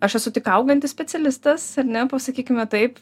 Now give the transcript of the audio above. aš esu tik augantis specialistas ar ne pasakykime taip